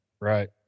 Right